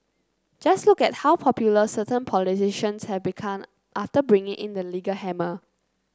just look at how popular certain politicians have become after bringing in the legal hammer